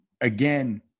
again